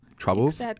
Troubles